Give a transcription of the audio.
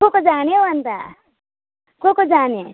को को जाने हौ अन्त को को जाने